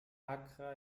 accra